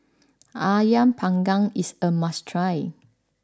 Ayam Panggang is a must try